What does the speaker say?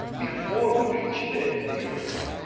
before we reach the the european.